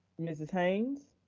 mrs. haynes.